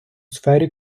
сфері